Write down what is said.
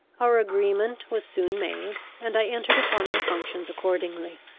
our agreement was soon made, and i entered upon my functions accordingly.